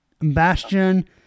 Bastion